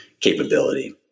capability